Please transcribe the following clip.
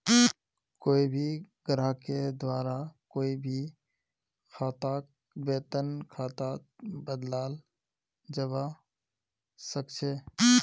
कोई भी ग्राहकेर द्वारा कोई भी खाताक वेतन खातात बदलाल जवा सक छे